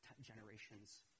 generations